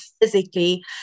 physically